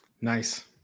Nice